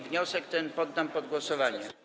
Wniosek ten poddam pod głosowanie.